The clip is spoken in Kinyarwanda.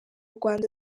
rwanda